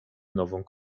nową